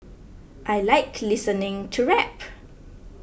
I like listening to rap